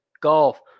golf